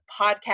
podcast